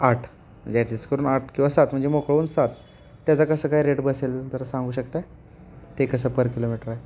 आठ ॲडजेस करून आठ किंवा सात म्हणजे मोकळून सात त्याचा कसं काय रेट बसेल जरा सांगू शकत आहे ते कसं पर किलोमीटर आहे